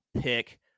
pick